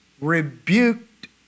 rebuked